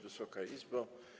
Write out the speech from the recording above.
Wysoka Izbo!